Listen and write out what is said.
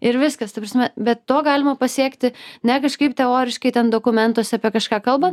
ir viskas ta prasme bet to galima pasiekti ne kažkaip teoriškai ten dokumentuose apie kažką kalbant